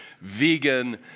vegan